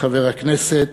וחבר הכנסת,